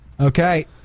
Okay